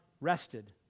rested